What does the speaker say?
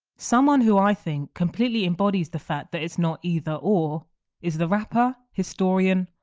someone who i think completely embodies the fact that it's not either or is the rapper, historian,